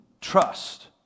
trust